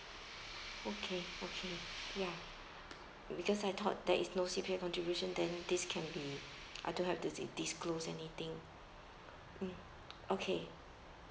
okay okay ya because I thought there is no C_P_F contribution then this can be I don't have to di~ disclose anything mm okay